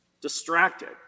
distracted